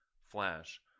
flash